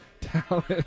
talent